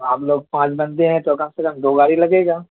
آپ لوگ پانچ بندے ہیں تو کم سے کم دو گاڑی لگے گا